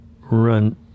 run